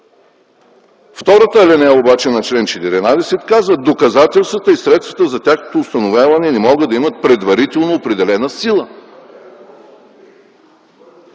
Втората алинея обаче на чл. 14 казва: „Доказателствата и средствата за тяхното установяване не могат да имат предварително определена сила.”